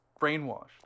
brainwashed